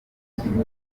impapuro